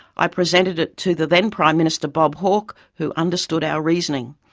i presented it to the then prime minister bob hawke, who understood our reasoning.